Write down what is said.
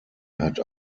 hat